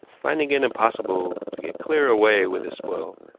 finding it impossible to get clear away with his spoil,